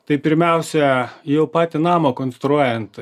tai pirmiausia jau patį namą konstruojant